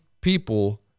people